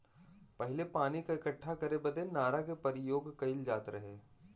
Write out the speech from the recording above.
पहिले पानी क इक्कठा करे बदे नारा के परियोग कईल जात रहे